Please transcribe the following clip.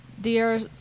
dear